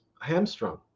hamstrung